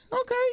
okay